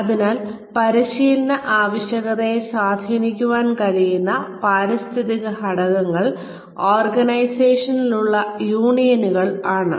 അതിനാൽ പരിശീലന ആവശ്യകതയെ സ്വാധിനിക്കാൻ കഴിയുന്ന പാരിസ്ഥിതിക ഘടകങ്ങൾ ഓർഗനൈസേഷനിൽ ഉള്ള യൂണിയനുകൾ ആണ്